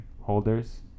holders